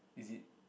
is it